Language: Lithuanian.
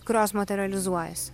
kurios materializuojasi